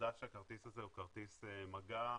העובדה שזה כרטיס מגע,